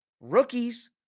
rookies